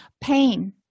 Pain